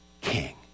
King